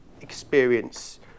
experience